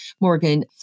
Morgan